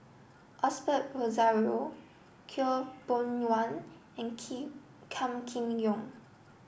Osbert Rozario Khaw Boon Wan and Kee Kam Kee Yong